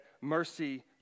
mercy